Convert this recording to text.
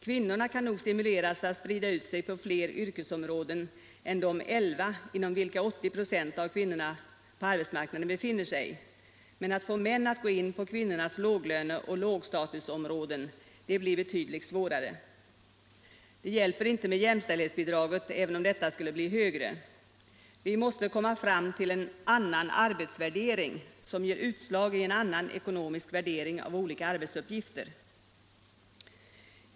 Kvinnorna kan nog stimuleras att sprida ut sig på fler yrkesområden än de elva inom vilka 80 926 av kvinnorna på arbetsmarknaden befinner sig, men att få män att gå in på kvinnornas låglöne och lågstatusområden blir betydligt svårare. Det hjälper inte med jämställdhetsbidrag, även om dessa skulle bli högre. Vi måste komma fram till' en annan arbetsvärdering, som ger utslag i en annan ekonomisk värdering av olika arbetsuppgifter.